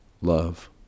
love